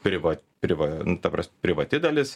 privat priva ta pras privati dalis